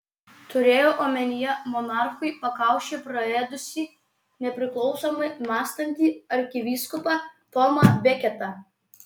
turėjo omenyje monarchui pakaušį praėdusį nepriklausomai mąstantį arkivyskupą tomą beketą